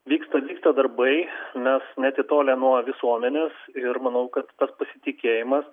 vyksta vyksta darbai nes neatitolę nuo visuomenės ir manau kad tas pasitikėjimas